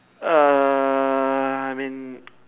err I mean